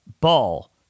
ball